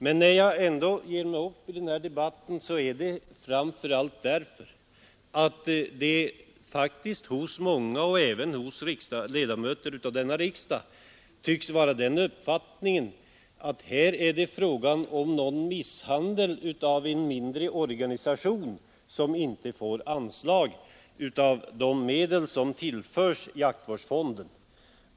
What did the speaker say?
Att jag ändå ger mig upp i debatten beror framför allt på att det faktiskt hos många — även hos ledamöter av denna riksdag — tycks råda uppfattningen att det är fråga om någon sorts misshandel av en mindre organisation, som inte får anslag av de medel som tillförs jaktvårdsfonden.